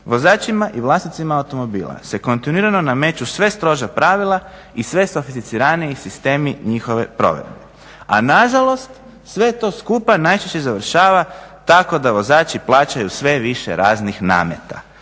vozačima i vlasnicima automobila se kontinuirano nameću sve stroža pravila i sve sofisticiraniji sistemi njihove provedbe. A nažalost sve to skupa najčešće završava tako da vozači plaćaju sve više raznih nameta,